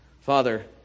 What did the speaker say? Father